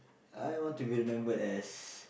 I want to be remember as